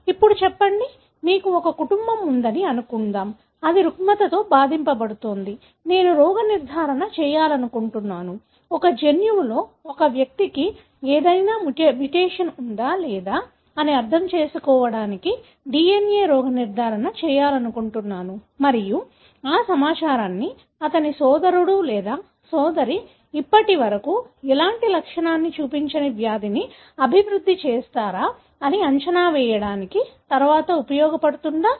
ఇప్పుడు చెప్పండి మీకు ఒక కుటుంబం ఉందని అనుకుందాం అది రుగ్మతతో బాధింపబడుతుంది నేను రోగ నిర్ధారణ చేయాలను కుంటున్నాను ఒక జన్యువులో ఒక వ్యక్తికి ఏదైనా మ్యుటేషన్ ఉందా లేదా అని అర్థం చేసుకోవడానికి DNA రోగ నిర్ధారణ చేయాలనుకుంటున్నాను మరియు ఆ సమాచారాన్ని అతని సోదరుడు లేదా సోదరి ఇప్పటి వరకు ఎలాంటి లక్షణాన్ని చూపించని వ్యాధిని అభివృద్ధి చేస్తారా అని అంచనా వేయడానికి తరువాత ఉపయోగపడుతుందా